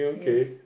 yes